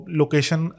location